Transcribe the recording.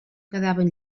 quedaven